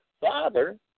father